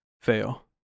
fail